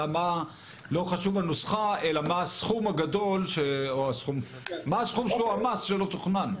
לא חשובה הנוסחה אלא מה הסכום שהועמס שלא תוכנן,